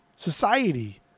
Society